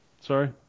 Sorry